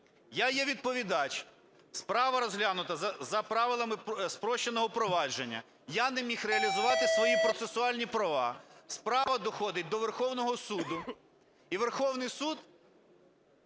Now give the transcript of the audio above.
Я є відповідач. Справа розглянута за правилами спрощеного провадження. Я не міг реалізувати свої процесуальні права. Справа доходить до Верховного Суду. І Верховний Суд